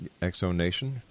ExoNation